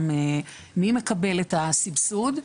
גם מי מקבל את הסבסוד.